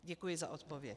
Děkuji za odpověď.